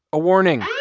a warning.